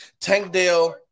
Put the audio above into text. tankdale